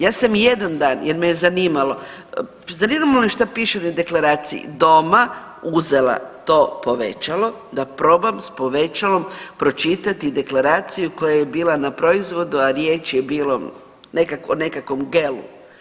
Ja sam jedan dan, jer me je zanimalo, zanimalo me šta pišu na deklaraciji doma uzela to povećalo da probam sa povećalom pročitati deklaraciju koja je bila na proizvodu, a riječ je bila o nekakvom gelu.